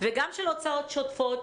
וגם של הוצאות שוטפות,